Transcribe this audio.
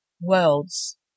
worlds